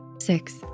Six